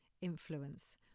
influence